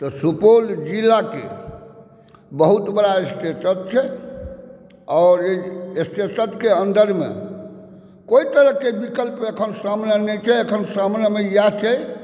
तऽ सुपौल ज़िलाके बहुत बड़ा स्टेशन छै आओर एहि स्टेशनकें अन्दरमे कोइ तरहके विकल्प अखन सामने नहि छै अखन सामनेमे इएह छै